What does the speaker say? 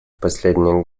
последние